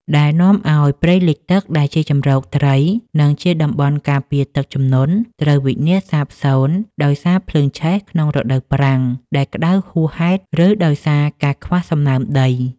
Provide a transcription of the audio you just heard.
ដែលនាំឱ្យព្រៃលិចទឹកដែលជាជម្រកត្រី និងជាតំបន់ការពារទឹកជំនន់ត្រូវវិនាសសាបសូន្យដោយសារភ្លើងឆេះក្នុងរដូវប្រាំងដែលក្តៅហួសហេតុ ឬដោយសារការខ្វះសំណើមដី។